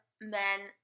men